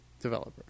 Developer